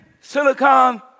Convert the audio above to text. Silicon